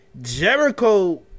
Jericho